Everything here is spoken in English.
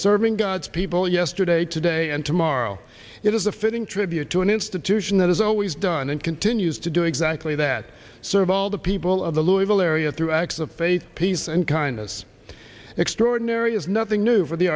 serving god's people yesterday today and tomorrow it is a fitting tribute to an institution that has always done and continues to do exactly that serve all the people of the louisville area through acts of faith peace and kindness extraordinary is nothing new for the